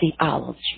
theology